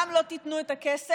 גם לא תיתנו את הכסף